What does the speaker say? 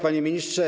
Panie Ministrze!